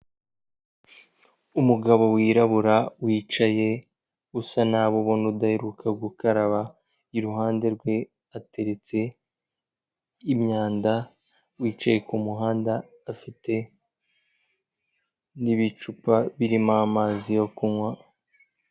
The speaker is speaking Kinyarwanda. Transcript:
Umugabo wirabura wicaye usa nabi ubona udaheruka gukaraba iruhande rwe hateretse imyanda wicaye kumuhanda afite n'ibicupa birimo amazi yo kunywa.